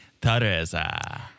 Teresa